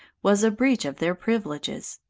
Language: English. was a breach of their privileges.